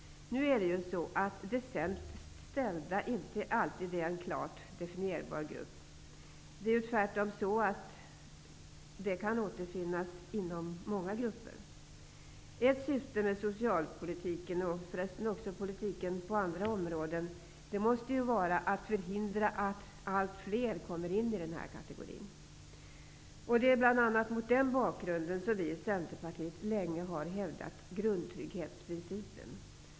Nu är de sämst ställda inte alltid en klart definierbar grupp. De kan tvärtom återfinnas inom många grupper. Ett syfte med socialpolitiken och förresten också med politiken på andra områden måste vara att förhindra att allt fler kommer in i denna kategori. Det är bl.a. mot den bakgrunden som vi i Centerpartiet länge har hävdat grundtrygghetsprincipen.